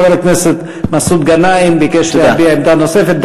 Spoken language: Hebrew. חבר הכנסת מסעוד גנאים ביקש להביע עמדה נוספת,